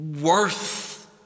Worth